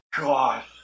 God